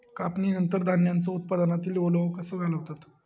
कापणीनंतर धान्यांचो उत्पादनातील ओलावो कसो घालवतत?